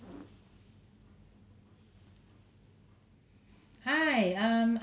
hi um